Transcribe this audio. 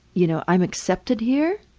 you know, i'm accepted here.